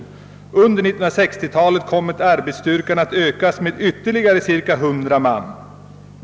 Under 1960-talet kommer arbetsstyrkan att ökas med ytterligare cirka 100 man.